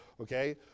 okay